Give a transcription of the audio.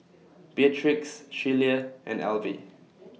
Beatrix Shelia and Alvy